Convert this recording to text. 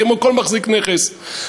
כמו כל מחזיק נכס.